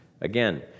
Again